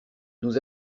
nous